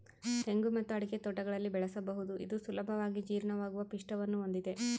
ತೆಂಗು ಮತ್ತು ಅಡಿಕೆ ತೋಟಗಳಲ್ಲಿ ಬೆಳೆಸಬಹುದು ಇದು ಸುಲಭವಾಗಿ ಜೀರ್ಣವಾಗುವ ಪಿಷ್ಟವನ್ನು ಹೊಂದಿದೆ